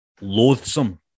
loathsome